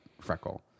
Freckle